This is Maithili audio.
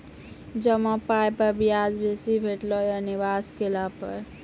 जमा पाय पर ब्याज बेसी भेटतै या निवेश केला पर?